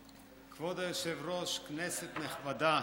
כבוד היושב-ראש, כנסת נכבדה,